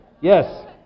Yes